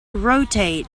rotate